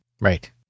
Right